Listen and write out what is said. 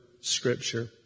Scripture